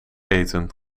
eten